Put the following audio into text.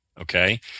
okay